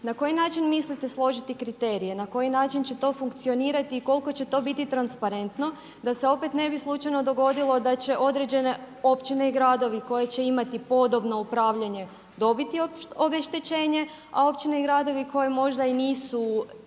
na koji način mislite složiti kriterije, na koji način će to funkcionirati i koliko će to biti transparentno da se opet ne bi slučajno dogodilo da će određene općine i gradovi koje će imati podobno upravljanje dobiti obeštećenje a općine i gradovi koji možda i nisu